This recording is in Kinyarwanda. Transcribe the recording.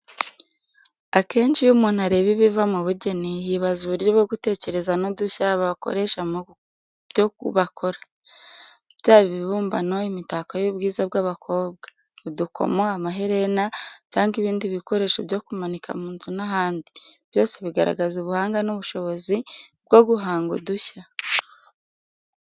Akenshi iyo umuntu areba ibiva mu bugeni, yibaza uburyo bwo gutekereza n’udushya bakoresha mu byo bakora. Byaba ibibumbano, imitako y’ubwiza bw’abakobwa, udukomo, amaherena cyangwa ibindi bikoresho byo kumanika mu nzu n'ahandi, byose bigaragaza ubuhanga n’ubushobozi bwo guhanga udushya.